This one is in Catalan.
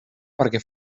perquè